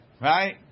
right